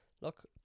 Look